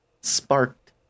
sparked